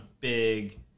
big